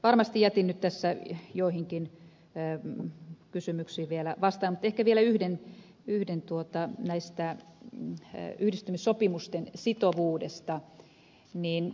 varmasti jätin nyt tässä joihinkin kysymyksiin vastaamatta mutta ehkä vielä yksi näistä yhdistymissopimusten sitovuudesta